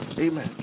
Amen